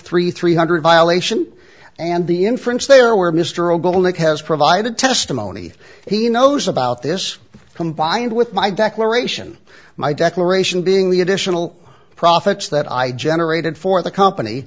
three three hundred violation and the inference there where mr ogle nick has provided testimony he knows about this combined with my declaration my declaration being the additional profits that i generated for the company